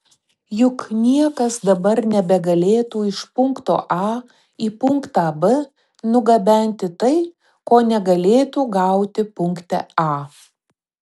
juk niekas dabar nebegalėtų iš punkto a į punktą b nugabenti tai ko negalėtų gauti punkte a